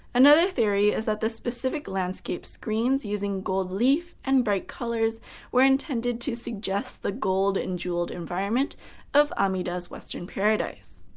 another theory is that specific landscape screens using gold leaf and bright colors were intended to suggest the gold and jeweled environment of amida's western paradise.